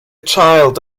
child